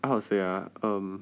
how to say ah um